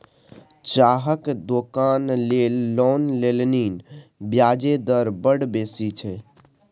चाहक दोकान लेल लोन लेलनि ब्याजे दर बड़ बेसी छै